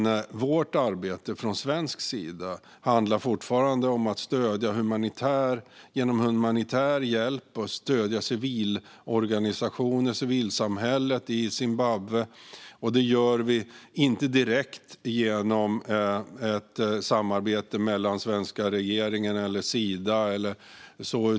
Vårt arbete från svensk sida handlar fortfarande om att stödja genom humanitär hjälp och stödja civilorganisationer och civilsamhället i Zimbabwe. Det gör vi inte direkt genom ett samarbete med den svenska regeringen, Sida eller så.